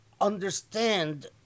understand